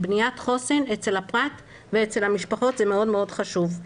בניית חוסן אצל הפרט ואצל המשפחות, זה מאוד חשוב.